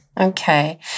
Okay